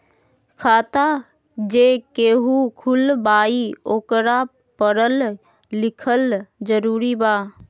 खाता जे केहु खुलवाई ओकरा परल लिखल जरूरी वा?